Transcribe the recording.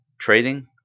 trading